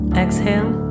exhale